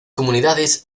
comunidades